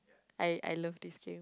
I I love this game